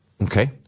Okay